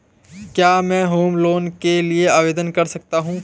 क्या मैं home loan के लिए आवेदन कर सकता हूं?